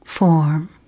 form